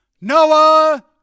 Noah